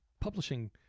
publishing